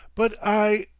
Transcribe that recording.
but i,